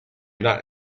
not